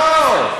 לא.